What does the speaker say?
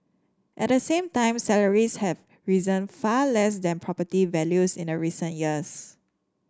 at the same time salaries have risen far less than property values in recent years